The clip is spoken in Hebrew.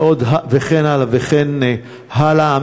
וכן הלאה וכן הלאה.